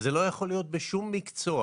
זה לא יכול להיות בשום מקצוע.